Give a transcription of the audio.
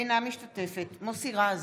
אינה משתתפת בהצבעה מוסי רז,